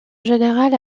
général